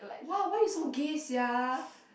!wah! why you so gay sia